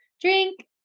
Drink